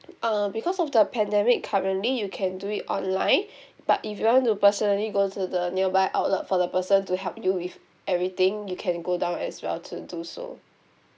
uh because of the pandemic currently you can do it online but if you want to personally go to the nearby outlet for the person to help you with everything you can go down as well to do so